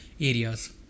areas